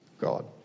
God